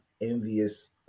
envious